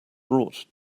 brought